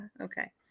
okay